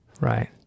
Right